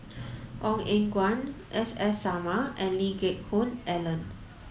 Ong Eng Guan S S Sarma and Lee Geck Hoon Ellen